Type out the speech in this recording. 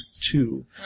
two